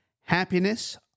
happiness